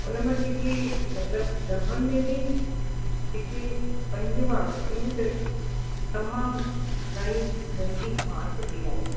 उन मां जेके मतिलबु ॾहनि में बि जेके पंज हुवा उन में त तमामु घणी गंदी बांस पिए आई